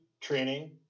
training